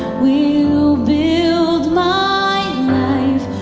will build my